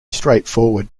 straightforward